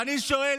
ואני שואל: